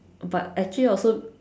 but actually I also